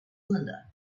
cylinder